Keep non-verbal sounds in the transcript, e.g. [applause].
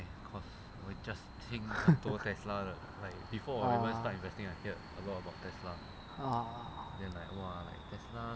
[laughs]